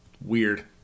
Weird